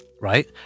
Right